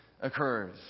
occurs